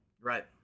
Right